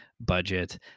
budget